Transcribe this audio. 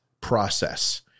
process